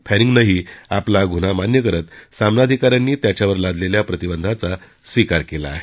फॅनिंगनंही आपला गुन्हा मान्य करत सामनाधिकाऱ्यांनी त्याच्यावर लादलेल्या प्रतिबंधांचा स्वीकार केला आहे